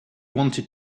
wanted